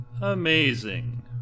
Amazing